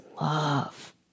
love